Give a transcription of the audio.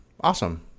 awesome